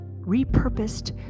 repurposed